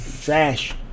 Trash